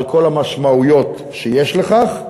על כל המשמעויות שיש לכך,